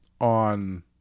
on